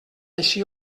així